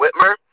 whitmer